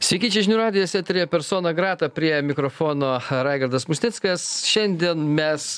sveiki čia žinių radijas eteryje persona grata prie mikrofono raigardas musnickas šiandien mes